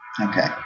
Okay